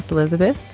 elizabeth.